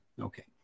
Okay